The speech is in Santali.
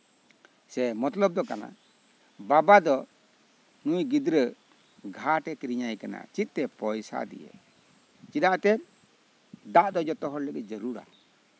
ᱢᱚᱛᱞᱚᱵᱽ ᱫᱚ ᱠᱟᱱᱟ ᱵᱟᱵᱟ ᱫᱚ ᱱᱩᱭ ᱜᱤᱫᱽᱨᱟᱹ ᱜᱷᱟᱴ ᱮ ᱠᱤᱨᱤᱧ ᱟᱭ ᱠᱟᱱᱟ ᱪᱮᱫᱛᱮ ᱯᱚᱭᱥᱟ ᱫᱤᱭᱮ ᱪᱮᱫᱟᱜ ᱡᱮ ᱫᱟᱜ ᱫᱚ ᱡᱚᱛᱚ ᱦᱚᱲ ᱞᱟᱹᱜᱤᱫ ᱡᱟᱹᱨᱩᱲᱟ